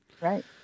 Right